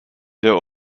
der